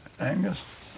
Angus